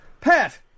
Pat